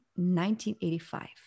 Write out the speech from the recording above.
1985